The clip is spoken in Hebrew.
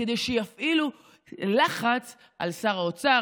כדי שיפעילו לחץ על שר האוצר,